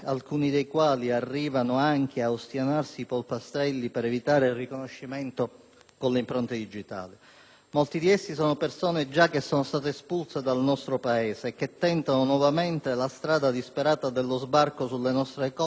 Molti di essi sono persone già espulse da nostro Paese e che tentano nuovamente la strada disperata dello sbarco sulle nostre coste, mettendo a repentaglio, come sappiamo e come abbiamo visto tante volte, anche la loro stessa vita.